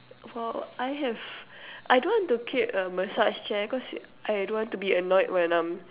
for I have I don't want to create a massage chair cause I don't want to be annoyed when I'm